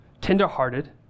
tenderhearted